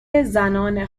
زنان